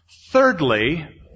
Thirdly